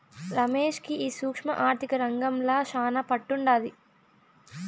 రమేష్ కి ఈ సూక్ష్మ ఆర్థిక రంగంల శానా పట్టుండాది